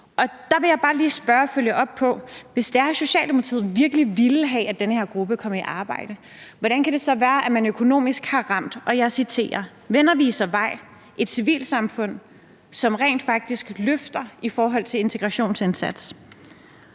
Der vil jeg bare lige spørge og følge op: Hvis Socialdemokratiet virkelig ville have, at den her gruppe kom i arbejde, hvordan kan det så være, at man økonomisk har ramt – og jeg citerer: Venner Viser Vej, et civilsamfund, som rent faktisk løfter i forhold til integrationsindsats;